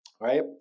Right